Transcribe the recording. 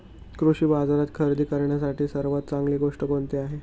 कृषी बाजारात खरेदी करण्यासाठी सर्वात चांगली गोष्ट कोणती आहे?